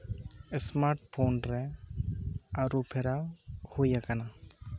smart ᱯᱷᱳᱱᱨᱮ ᱟᱹᱨᱩ ᱯᱷᱮᱨᱟᱣ ᱦᱩᱭ ᱟᱠᱟᱱᱟ